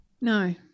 No